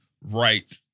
right